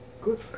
Good